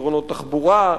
פתרונות תחבורה,